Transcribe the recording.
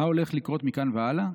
מה הולך לקרות מכאן והלאה?